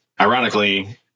ironically